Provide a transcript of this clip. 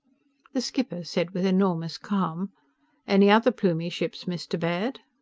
the skipper said with enormous calm any other plumie ships, mr. baird?